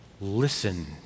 Listen